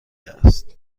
است